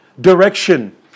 direction